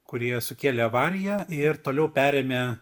kurie sukėlė avariją ir toliau perėmė